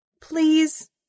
Please